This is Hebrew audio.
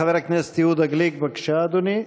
חבר הכנסת יהודה גליק, בבקשה, אדוני.